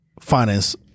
finance